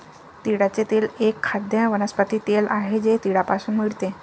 तिळाचे तेल एक खाद्य वनस्पती तेल आहे जे तिळापासून मिळते